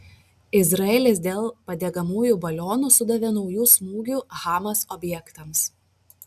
izraelis dėl padegamųjų balionų sudavė naujų smūgių hamas objektams